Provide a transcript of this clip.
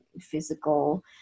physical